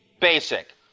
basic